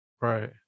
Right